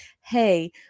hey